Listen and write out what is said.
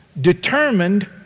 determined